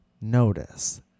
Notice